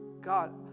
God